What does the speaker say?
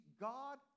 God